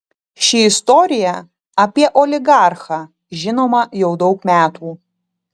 ši istorija apie oligarchą žinoma jau daug metų